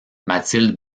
mathilde